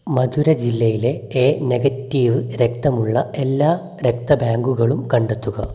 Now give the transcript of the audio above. മഥുര ജില്ലയിലെ A negative രക്തമുള്ള എല്ലാ രക്തബാങ്കുകളും കണ്ടെത്തുക